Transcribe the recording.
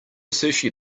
sushi